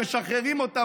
הם משחררים אותם.